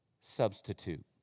substitute